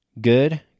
good